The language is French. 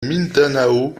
mindanao